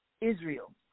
Israel